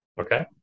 Okay